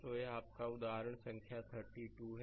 तो यह आपका उदाहरण संख्या 32 है